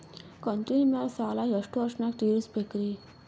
ಕಂತಿನ ಮ್ಯಾಲ ಸಾಲಾ ಎಷ್ಟ ವರ್ಷ ನ್ಯಾಗ ತೀರಸ ಬೇಕ್ರಿ?